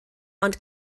ond